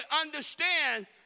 understand